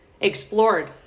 explored